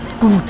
gut